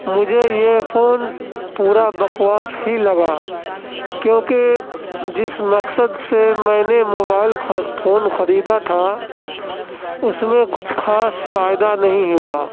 مجھے یہ فون پورا بکواس ہی لگا کیونکہ جس مقصد سے میں نے موبائل خا فون خریدا تھا اس میں کچھ خاص فائدہ نہیں ہوا